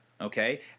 okay